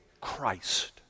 Christ